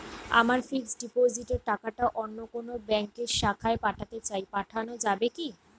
আমার ফিক্সট ডিপোজিটের টাকাটা অন্য কোন ব্যঙ্কের শাখায় পাঠাতে চাই পাঠানো যাবে কি?